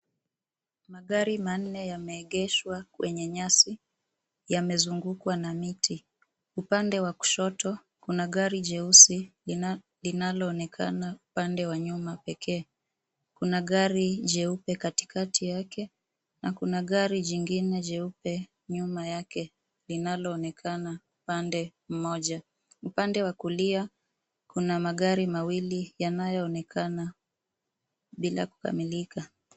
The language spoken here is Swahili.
Magari manne yameegeshwa kwenye nyasi, yamezungukwa na miti. Upande wa kushoto kuna gari jeusi linaloonekana upande wa nyuma pekee. Kuna gari jeupe katikati yake na kuna gari jingine jeupe nyuma yake linaloonekana upande mmoja. Upande wa kulia kuna magari mawili yanayoonekana bila kukamilika.